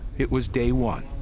it was day one,